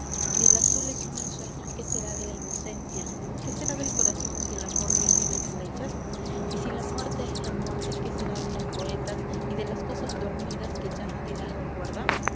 si el azul es un ensueño qué será de la inocencia qué será del corazón si el amor no tiene flechas y si la muerte es la muerte qué será de los poetas y de las cosas dormidas que ya nadie las recuerda